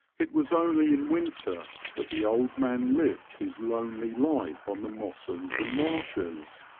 it was only in winter that the old man lived his lonely life on the mosses and marshes,